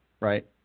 right